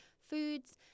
foods